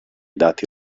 dati